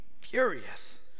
furious